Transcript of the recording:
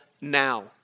now